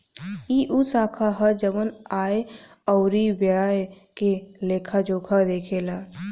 ई उ शाखा ह जवन आय अउरी व्यय के लेखा जोखा देखेला